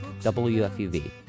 WFUV